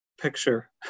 picture